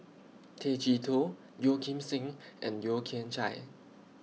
Tay Chee Toh Yeo Kim Seng and Yeo Kian Chye